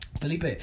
Felipe